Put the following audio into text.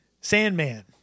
Sandman